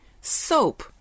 soap